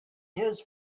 his